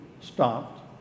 stopped